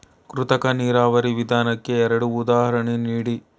ಕೃತಕ ನೀರಾವರಿ ವಿಧಾನಕ್ಕೆ ಎರಡು ಉದಾಹರಣೆ ನೀಡಿ?